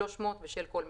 300 בשל כל מתקן.